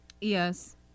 Yes